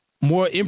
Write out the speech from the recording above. More